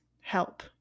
help